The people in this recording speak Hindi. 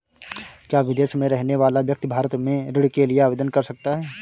क्या विदेश में रहने वाला व्यक्ति भारत में ऋण के लिए आवेदन कर सकता है?